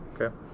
okay